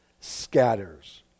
scatters